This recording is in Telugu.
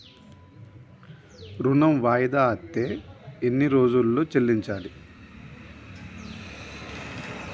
ఋణం వాయిదా అత్తే ఎన్ని రోజుల్లో చెల్లించాలి?